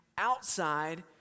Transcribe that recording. outside